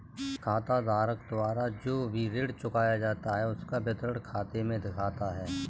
खाताधारक द्वारा जो भी ऋण चुकाया जाता है उसका विवरण खाते में दिखता है